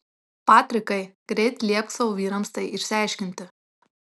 patrikai greit liepk savo vyrams tai išsiaiškinti